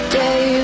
day